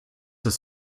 ist